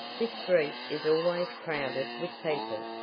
this street is always crowded with people,